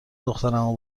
دخترمو